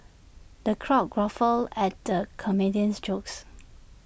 the crowd guffawed at the comedian's jokes